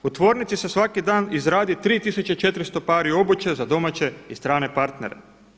U tvornici se svaki dan izradi 3400 pari obuće za domaće i strane partnere.